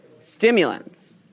Stimulants